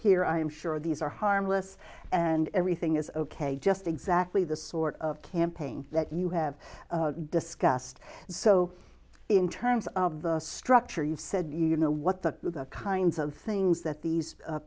hear i am sure these are harmless and everything is ok just exactly the sort of campaign that you have discussed so in terms of the structure you've said you know what the kinds of things that these